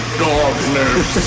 darkness